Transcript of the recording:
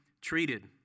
treated